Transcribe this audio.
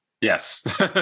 Yes